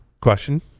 Question